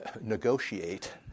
negotiate